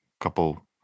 couple